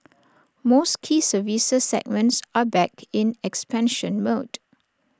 most key services segments are back in expansion mode